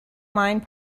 mind